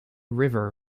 river